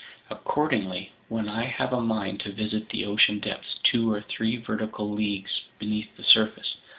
accordingly, when i have a mind to visit the ocean depths two or three vertical leagues beneath the surface,